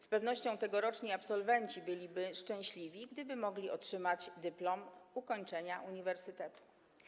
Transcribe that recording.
Z pewnością tegoroczni absolwenci byliby szczęśliwi, gdyby mogli otrzymać dyplom ukończenia uniwersytetu.